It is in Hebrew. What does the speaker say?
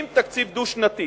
אם תקציב דו-שנתי